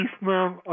man